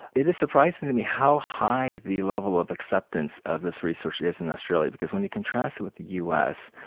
it is surprising to me how high the level of acceptance of this research is in australia, because when you contrast it with the us,